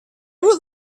would